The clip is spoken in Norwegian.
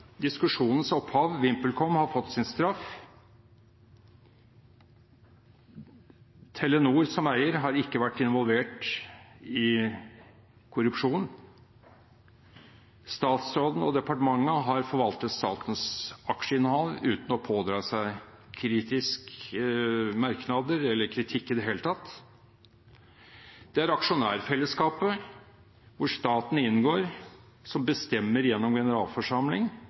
diskusjonens opphav, VimpelCom, har fått sin straff, at Telenor som eier ikke har vært involvert i korrupsjon, og at statsråden og departementet har forvaltet statens aksjeinnehav uten å pådra seg kritiske merknader eller kritikk i det hele tatt. Det er aksjonærfellesskapet, hvor staten inngår, som bestemmer gjennom generalforsamling